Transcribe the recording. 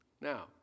Now